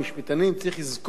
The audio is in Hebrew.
שבראש הוועדה עמד